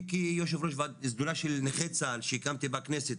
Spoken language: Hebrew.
אני כיושב ראש ועדת הסדרה של נכי צה"ל שהקמתי בכנסת,